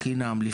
בחינם,